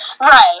Right